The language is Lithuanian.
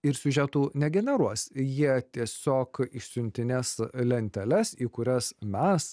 ir siužetų negeneruos jie tiesiog išsiuntinės lenteles į kurias mes